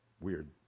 weird